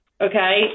okay